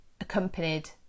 accompanied